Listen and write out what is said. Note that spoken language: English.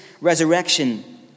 resurrection